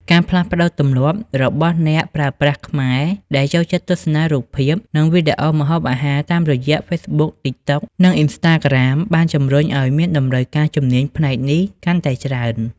ការផ្លាស់ប្តូរទម្លាប់របស់អ្នកប្រើប្រាស់ខ្មែរដែលចូលចិត្តទស្សនារូបភាព និងវីដេអូម្ហូបអាហារតាមរយៈ Facebook, TikTok និង Instagram បានជំរុញឱ្យមានតម្រូវការអ្នកជំនាញផ្នែកនេះកាន់តែច្រើន។